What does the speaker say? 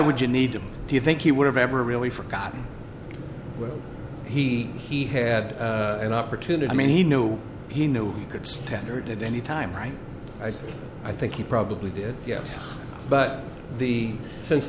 would you need to do you think he would have ever really forgotten where he he had an opportunity i mean he knew he knew he could standard at any time right i think i think he probably did yes but the since